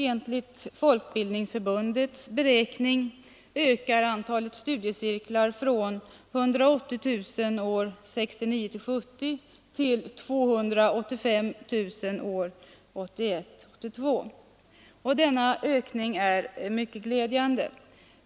Enligt Folkbildningsförbundets beräkning ökar antalet studiecirklar från 180 000 år 1969 82. Denna ökning är glädjande.